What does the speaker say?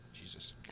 Jesus